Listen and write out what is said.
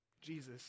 Jesus